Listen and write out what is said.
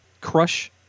crush